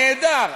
הנהדר,